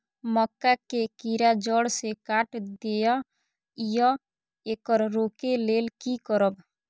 मक्का के कीरा जड़ से काट देय ईय येकर रोके लेल की करब?